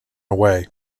away